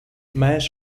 mas